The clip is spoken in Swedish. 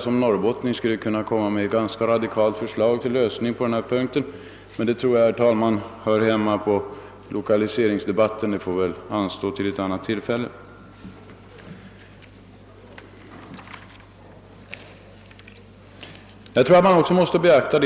Som norrbottning skulle jag kunna ge ett ganska radikalt förslag till lösning därvidlag, men detta hör hemma i en lokaliseringsdebatt och får väl anstå till ett annat tillfälle. Vi måste också beakta